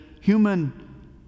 human